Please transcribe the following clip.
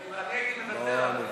אני הייתי מוותר,